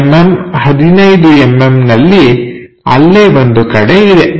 10mm 15mm ನಲ್ಲಿ ಅಲ್ಲೇ ಒಂದು ಕಡೆ ಇದೆ